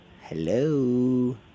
Hello